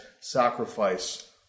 sacrifice